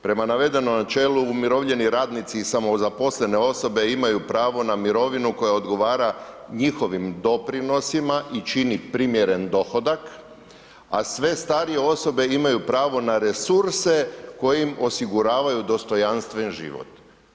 Prema navedenom načelu umirovljeni radnici i samozaposlene osobe imaju pravo na mirovinu koja odgovara njihovim doprinosima i čini primjeren dohodak, a sve starije osobe imaju pravo na resurse koji im osiguravaju dostojanstven život.